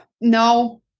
no